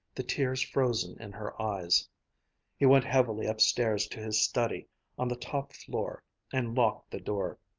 the tears frozen in her eyes he went heavily upstairs to his study on the top floor and locked the door.